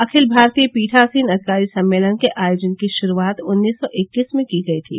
अखिल भारतीय पीठासीन अधिकारी सम्मेलन के आयोजन की शुरूआत उन्नीस सौ इक्कीस में की गई थी